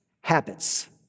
habits